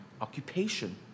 occupation